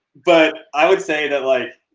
but i would say that, like,